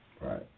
Right